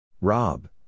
Rob